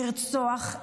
לרצוח,